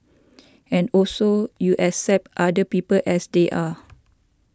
and also you accept other people as they are